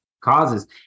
causes